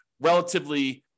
relatively